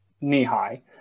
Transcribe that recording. knee-high